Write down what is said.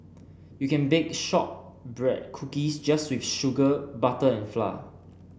you can bake shortbread cookies just with sugar butter and flour